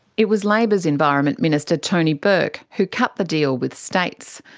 it was labor's environment minister tony burke who cut the deal with states,